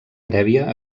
prèvia